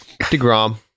DeGrom